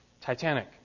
Titanic